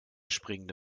springende